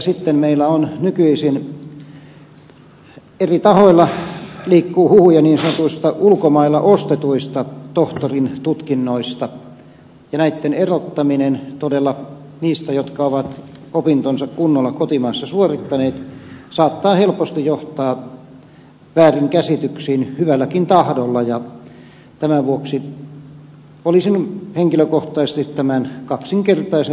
sitten meillä nykyisin eri tahoilla liikkuu huhuja niin sanotuista ulkomailla ostetuista tohtorin tutkinnoista ja näitten henkilöitten erottaminen todella niistä jotka ovat opintonsa kunnolla kotimaassa suorittaneet saattaa helposti johtaa väärinkäsityksiin hyvälläkin tahdolla tämän vuoksi olisin henkilökohtaisesti tämän kaksinkertaisen varmistamisen kannalla